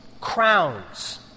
crowns